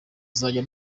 izajya